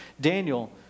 Daniel